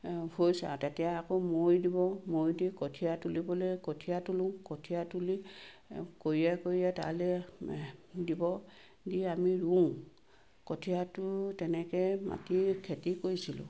হৈছে আৰু তেতিয়া আকৌ মৈ দিব মৈ দি কঠীয়া তুলিবলৈ কঠীয়া তোলোঁ কঠীয়া তুলি কঢ়িয়াই কঢ়িয়াই তালৈ দিব দি আমি ৰুওঁ কঠীয়াটো তেনেকৈ মাটি খেতি কৰিছিলোঁ